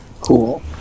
Cool